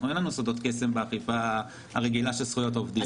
אין לנו סודות קסם באכיפה הרגילה של זכויות עובדים.